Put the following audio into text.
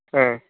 ஆ